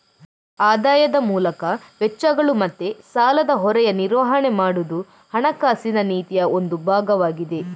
ಆದಾಯದ ಮೂಲಕ ವೆಚ್ಚಗಳು ಮತ್ತೆ ಸಾಲದ ಹೊರೆಯ ನಿರ್ವಹಣೆ ಮಾಡುದು ಹಣಕಾಸಿನ ನೀತಿಯ ಒಂದು ಭಾಗವಾಗಿದೆ